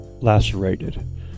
lacerated